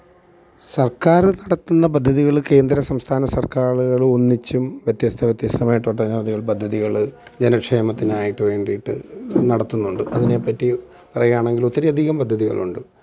സർക്കാർ നടത്തുന്ന പദ്ധതികൾ കേന്ദ്രസംസ്ഥാന സര്ക്കാറുകളും ഒന്നിച്ചും വ്യത്യസ്ത വ്യത്യസ്തമായിട്ട് ഒട്ടനവധികള് പദ്ധതികൾ ജനക്ഷേമത്തിനായിട്ട് വേണ്ടിയിട്ട് നടത്തുന്നുണ്ട് അതിനെ പറ്റി പറയുകയാണെങ്കില് ഒത്തിരി അധികം പദ്ധതികളുണ്ട്